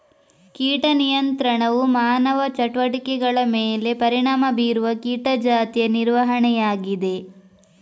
ಕೀಟ ನಿಯಂತ್ರಣವು ಮಾನವ ಚಟುವಟಿಕೆಗಳ ಮೇಲೆ ಪರಿಣಾಮ ಬೀರುವ ಕೀಟ ಜಾತಿಯ ನಿರ್ವಹಣೆಯಾಗಿದೆ